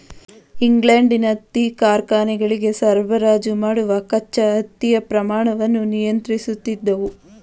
ಇಂಗ್ಲೆಂಡಿನ ಹತ್ತಿ ಕಾರ್ಖಾನೆಗಳಿಗೆ ಸರಬರಾಜು ಮಾಡುವ ಕಚ್ಚಾ ಹತ್ತಿಯ ಪ್ರಮಾಣವನ್ನು ನಿಯಂತ್ರಿಸುತ್ತಿದ್ದವು